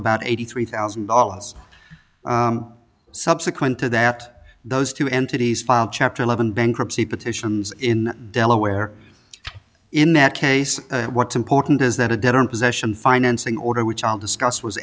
about eighty three thousand dollars subsequent to that those two entities filed chapter eleven bankruptcy petitions in delaware in that case what's important is that a debtor in possession financing order which i'll discuss was